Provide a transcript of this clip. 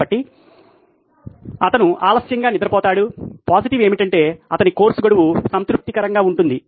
కాబట్టి అతను ఆలస్యంగా నిద్రపోతాడు పాజిటివ్ ఏమిటంటే అతని కోర్సు గడువు సంతృప్తికరంగా ఉంటుంది